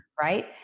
right